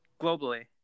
globally